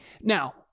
Now-